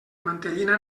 mantellina